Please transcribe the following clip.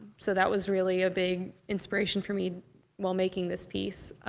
so that was really a big inspiration for me while making this piece.